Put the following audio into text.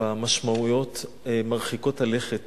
במשמעויות מרחיקות הלכת